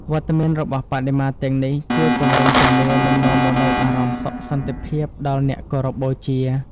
វត្តមានរបស់បដិមាទាំងនេះជួយពង្រឹងជំនឿ និងនាំមកនូវអារម្មណ៍សុខសន្តិភាពដល់អ្នកគោរពបូជា។